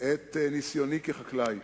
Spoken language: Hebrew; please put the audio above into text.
את ניסיוני כחקלאי.